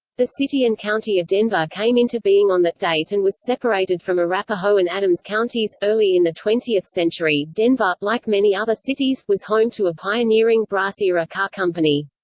the city and county of denver came into being on that date and was separated from arapahoe and adams counties early in the twentieth century, denver, like many other cities, was home to a pioneering brass era car company.